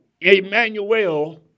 Emmanuel